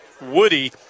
Woody